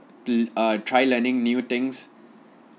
err try learning new things